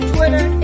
Twitter